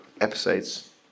episodes